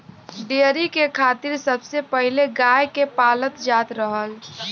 dairy के खातिर सबसे पहिले गाय के पालल जात रहल